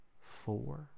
four